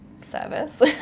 service